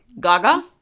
Gaga